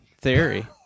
theory